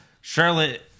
Charlotte